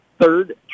third